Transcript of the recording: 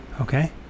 okay